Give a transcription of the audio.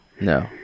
No